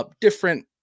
different